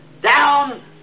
Down